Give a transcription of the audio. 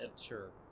Sure